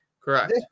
Correct